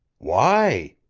why?